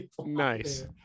Nice